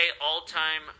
all-time